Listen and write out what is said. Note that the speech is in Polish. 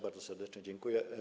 Bardzo serdecznie dziękuję.